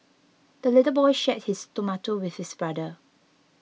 the little boy shared his tomato with his brother